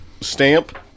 stamp